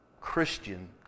Christian